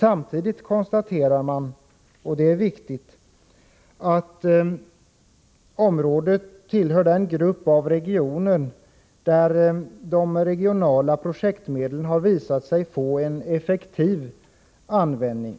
Samtidigt konstaterar man att området tillhör den grupp av regioner där de regionala projektmedlen har visat sig få en effektiv användning.